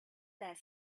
that